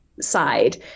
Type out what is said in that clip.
side